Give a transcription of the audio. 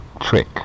trick